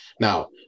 Now